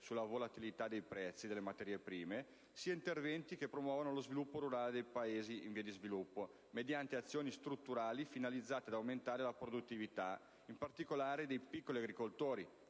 sulla volatilità dei prezzi delle materie prime, sia interventi che promuovano lo sviluppo rurale dei Paesi in via di sviluppo mediante azioni strutturali finalizzate ad aumentare la produttività, in particolare dei piccoli agricoltori